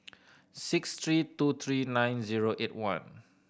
six three two three nine zero eight one